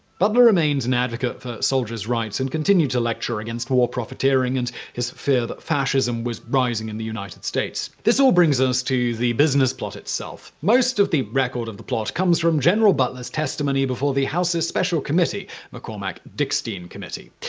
butler remained an advocate for soldier's rights and continued to lecture against war profiteering, and his fear that fascism was rising in the u s. this all brings us to the business plot itself. most of the record of the plot comes from general butler's testimony before the house's special committee mccormack-dickstein committee.